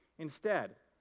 instead,